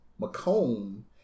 Macomb